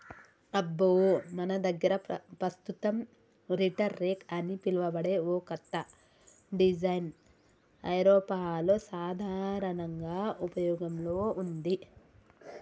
అబ్బో మన దగ్గర పస్తుతం రీటర్ రెక్ అని పిలువబడే ఓ కత్త డిజైన్ ఐరోపాలో సాధారనంగా ఉపయోగంలో ఉంది